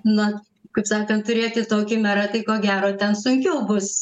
na kaip sakant turėti tokį merą tai ko gero ten sunkiau bus